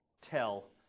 tell